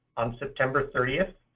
on september thirtieth,